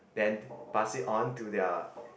then pass it on to their